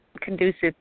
conducive